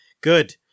good